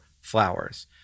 flowers